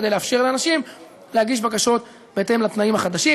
כדי לאפשר לאנשים להגיש בקשות בהתאם לתנאים החדשים.